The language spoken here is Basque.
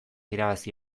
irabazi